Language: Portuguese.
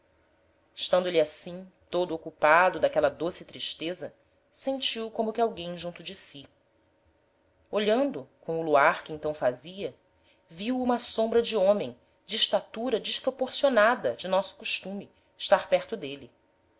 estando êle assim todo ocupado d'aquela doce tristeza sentiu como que alguem junto de si olhando com o luar que então fazia viu uma sombra de homem de estatura desproporcionada de nosso costume estar perto d'êle